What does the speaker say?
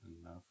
enough